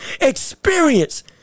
experience